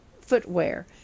Footwear